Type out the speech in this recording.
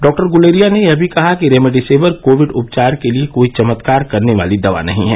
doctor Guleria ने यह भी कहा कि रेमेडिसविर कोविड उपचार के लिए कोई चमत्कार करने वाली दवा नहीं है